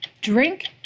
drink